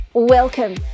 Welcome